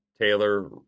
Taylor